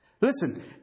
Listen